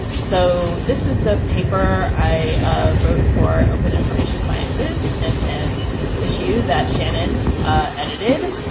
so this is a paper i wrote for open information sciences, and an issue that shannon edited,